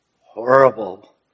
horrible